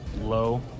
low